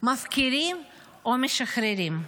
מפקירים או משחררים?